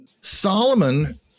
Solomon